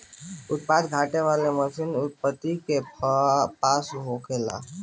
उत्पादन छाँटे वाला मशीन आढ़तियन के पास होला